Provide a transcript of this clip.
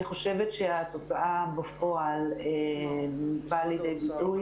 חושבת שהתוצאה בפועל באה לידי ביטוי.